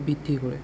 বৃদ্ধি কৰে